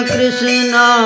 Krishna